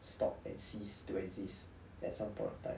stop and cease to exist at some point of time